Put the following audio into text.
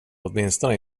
åtminstone